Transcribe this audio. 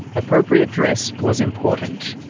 appropriate dress was important.